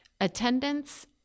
attendance